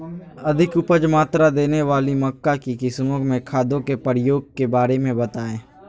अधिक उपज मात्रा देने वाली मक्का की किस्मों में खादों के प्रयोग के बारे में बताएं?